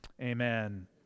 Amen